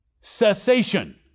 Cessation